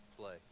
play